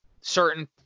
certain